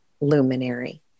Luminary